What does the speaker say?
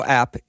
app